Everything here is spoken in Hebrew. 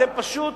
אתם פשוט